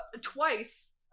Twice